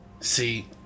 See